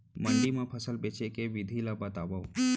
मंडी मा फसल बेचे के विधि ला बतावव?